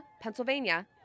Pennsylvania